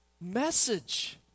message